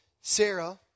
Sarah